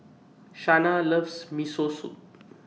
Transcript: Shanna loves Miso Soup